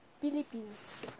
Philippines